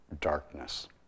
darkness